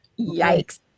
Yikes